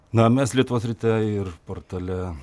na mes lietuvos ryte ir portale